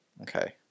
Okay